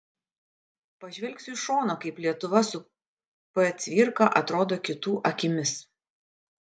pažvelgsiu iš šono kaip lietuva su p cvirka atrodo kitų akimis